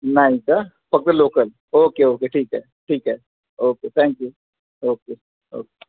नाही का फक्त लोकल ओके ओके ठीक आहे ठीक आहे ओके थँक्यू ओके ओके